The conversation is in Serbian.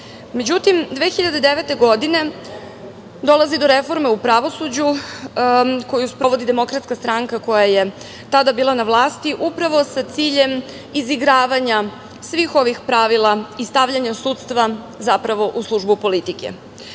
sudija.Međutim, 2009. godine dolazi do reforme u pravosuđu, koju sprovodi Demokratska stranka, koja je tada bila na vlasti, upravo sa ciljem izigravanja svih ovih pravila i stavljanja sudstva zapravo u službu politike.